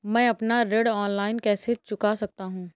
मैं अपना ऋण ऑनलाइन कैसे चुका सकता हूँ?